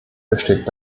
besteht